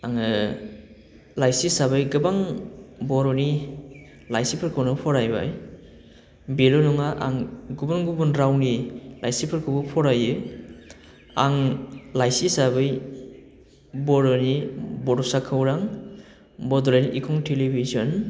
आङो लाइसि हिसाबै गोबां बर'नि लाइसिफोरखौनो फरायबाय बेल' नङा आं गुबुन गुबुन रावनि लाइसिफोरखौबो फरायो आं लाइसि हिसाबै बर'नि बड'सा खौरां बड'लेण्ड इंखं टेलिभिजन